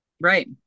Right